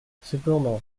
cependant